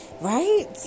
right